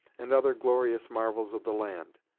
and other glorious marvels of the land!